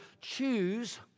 choose